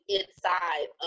inside